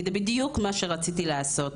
כי זה בדיוק מה שרציתי לעשות.